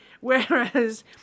Whereas